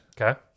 okay